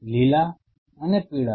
લીલા અને પીળાને